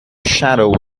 shadow